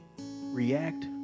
react